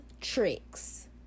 tricks